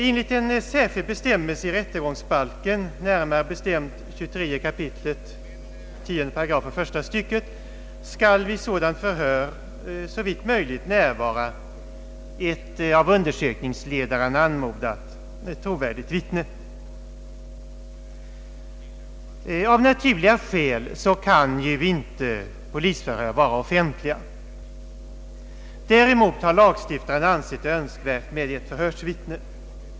Enligt en särskild bestämmelse i rättegångsbalken — närmare bestämt 23 kap. 10 8 första stycket — skall vid förhör såvitt möjligt närvara ett av undersökningsledaren anmodat trovärdigt vittne. Av naturliga skäl kan ju polisförhör inte vara offentliga. Därmot har lagstiftaren ansett det önsk värt med ett förhörsvittne.